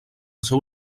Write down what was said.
seu